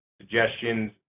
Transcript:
suggestions